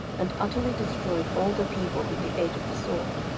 and utterly destroyed all the people with the edge of the sword.